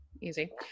Easy